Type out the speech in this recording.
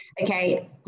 okay